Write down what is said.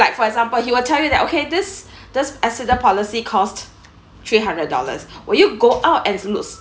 like for example he will tell you that okay this this accident policy cost three hundred dollars will you go out and loo~